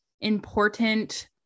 important